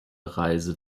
reise